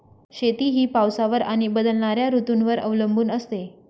शेती ही पावसावर आणि बदलणाऱ्या ऋतूंवर अवलंबून असते